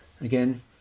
Again